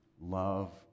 Love